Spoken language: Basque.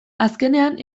azkenean